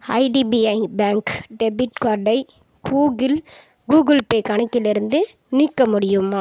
IDBI bank debit கார்டை Google Google pay கணக்கில் இருந்து நீக்க முடியுமா